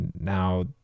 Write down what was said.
now